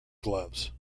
gloves